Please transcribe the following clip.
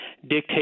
dictate